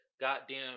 goddamn